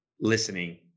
listening